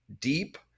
deep